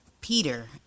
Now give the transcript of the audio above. Peter